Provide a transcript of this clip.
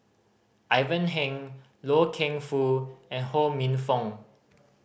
Ivan Heng Loy Keng Foo and Ho Minfong